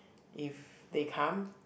if they come